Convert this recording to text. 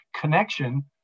connection